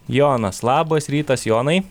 jonas labas rytas jonai